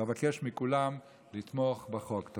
אבקש מכולם לתמוך בחוק.